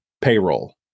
payroll